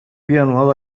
piano